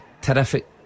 terrific